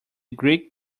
greek